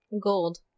Gold